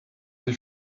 sie